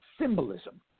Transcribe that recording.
symbolism